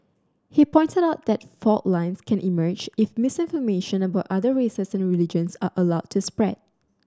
he pointed out that fault lines can emerge if misinformation about other races and religions are allowed to spread